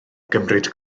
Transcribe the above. gymryd